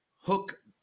hook